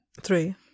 three